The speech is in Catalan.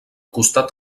costat